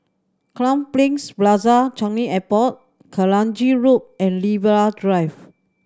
Crowne Plaza Changi Airport Kranji Loop and Libra Drive